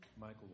Michael